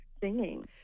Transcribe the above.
singing